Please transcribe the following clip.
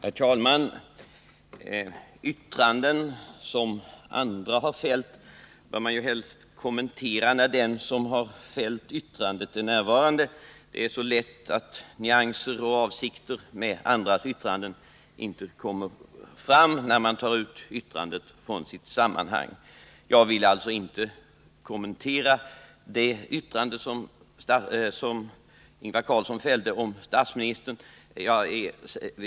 Herr talman! Yttranden som andra har fällt bör man ju helst kommentera när de som har fällt yttrandena är närvarande. Det är så lätt att nyanser och avsikter med andras yttranden inte kommer fram när man tar ut yttrandena från deras sammanhang. Jag vill alltså inte kommentera det som Ingvar Carlsson anförde om statsministern.